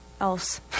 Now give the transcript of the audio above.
else